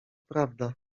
prawda